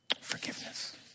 Forgiveness